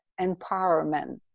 empowerment